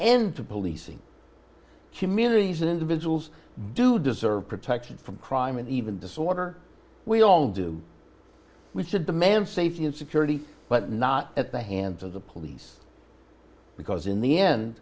end to policing communities and individuals do deserve protection from crime and even disorder we all do we should demand safety and security but not at the hands of the police because in the end